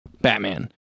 Batman